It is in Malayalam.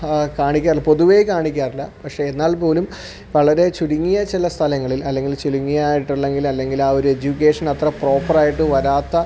കാണിക്കാറില്ല പൊതുവേ കാണിക്കാറില്ല പക്ഷേ എന്നാൽപ്പോലും വളരെ ചുരുങ്ങിയ ചില സ്ഥലങ്ങളിൽ അല്ലെങ്കിൽ ചുരുങ്ങിയായിട്ടൊല്ലങ്ങിലാ ഒരെജ്യൂക്കേഷനത്ര പ്രോപ്പറായിട്ട് വരാത്ത